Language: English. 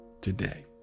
today